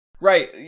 Right